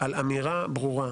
על אמירה ברורה,